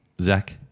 Zach